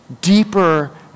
deeper